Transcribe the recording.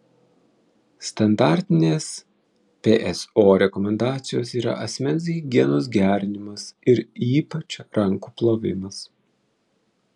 standartinės pso rekomendacijos yra asmens higienos gerinimas ir ypač rankų plovimas